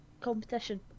competition